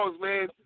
man